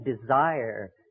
desire